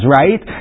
right